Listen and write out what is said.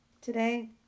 today